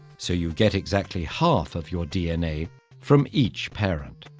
so you get exactly half of your dna from each parent,